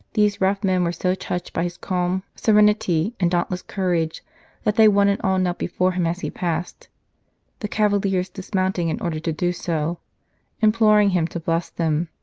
these rough men were so touched by his calm serenity and dauntless courage that they one and all knelt before him as he passed the cavaliers dismount ing in order to do so imploring him to bless them.